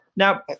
Now